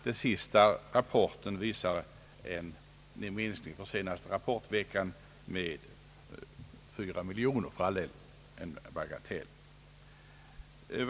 Den senaste rapporten visar emellertid på nytt en minsk ning för sista veckan med 4 miljoner; för all del en bagatell.